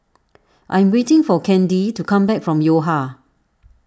I am waiting for Candy to come back from Yo Ha